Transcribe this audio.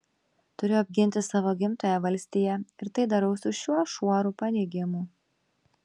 turiu apginti savo gimtąją valstiją ir tai darau su šiuo šuoru paneigimų